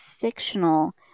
fictional